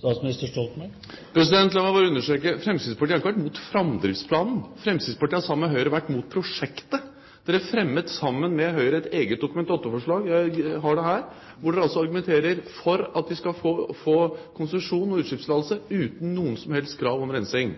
La meg bare understreke: Fremskrittspartiet har ikke vært mot framdriftsplanen. Fremskrittspartiet har sammen med Høyre vært mot prosjektet, og fremmet sammen med Høyre et eget Dokument nr. 8-forslag – jeg har det her – hvor man argumenterer for at vi skal få konsesjon og utslippstillatelse uten noe som helst krav om rensing.